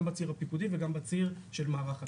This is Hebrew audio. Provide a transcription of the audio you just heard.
גם בציר הפיקודי וגם בציר של מערך הת"ש.